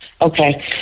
Okay